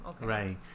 right